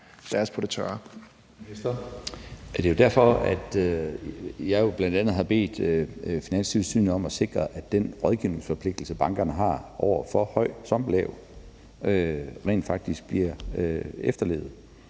Bødskov): Det er jo bl.a. derfor, at jeg har bedt Finanstilsynet om at sikre, at den rådgivningsforpligtelse, bankerne har over for høj som lav, rent faktisk bliver efterlevet.